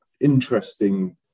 interesting